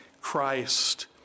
Christ